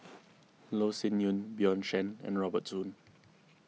Loh Sin Yun Bjorn Shen and Robert Soon